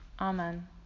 Amen